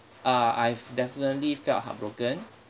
uh I've definitely felt heartbroken